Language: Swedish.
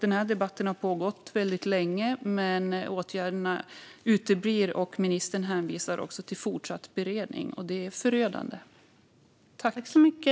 Denna debatt har pågått väldigt länge, men åtgärderna uteblir. Ministern hänvisar till fortsatt beredning - det är förödande.